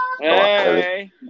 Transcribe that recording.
Hey